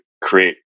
create